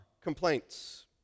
complaints